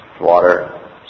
water